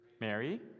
mary